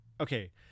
Okay